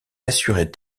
assurait